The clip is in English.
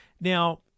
Now